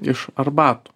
iš arbatų